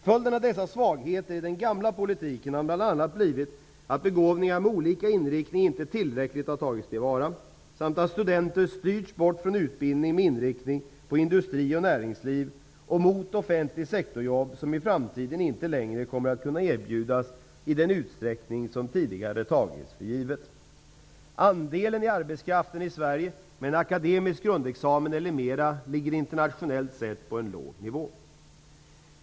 Följden av dessa svagheter i den gamla politiken har bl.a. blivit att begåvningar med olika inriktning inte tillräckligt har tagits till vara, samt att studenter styrts bort från utbildning med inriktning på industri och näringsliv och mot jobb inom offentlig sektor som i framtiden inte längre kommer att kunna erbjudas i den utsträckning som tidigare tagits för givet. Den andel av arbetskraften i Sverige som har en akademisk grundexamen eller mer ligger internationellt sett på en låg nivå.